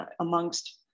amongst